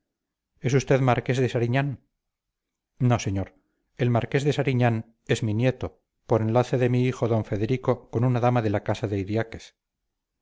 es usted marqués de sariñán no señor el marqués de sariñán es mi nieto por enlace de mi hijo d federico con una dama de la casa de